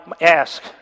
ask